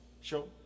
show